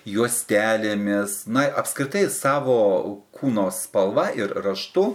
juostelėmis na apskritai savo kūno spalva ir raštu